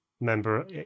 member